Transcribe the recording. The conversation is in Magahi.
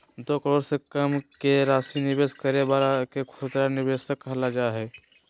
दो करोड़ से कम के राशि निवेश करे वाला के खुदरा निवेशक कहल जा हइ